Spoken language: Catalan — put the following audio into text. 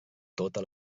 tota